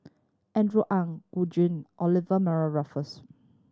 Andrew Ang Gu Juan Olivia Mariamne Raffles